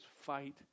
Fight